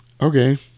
okay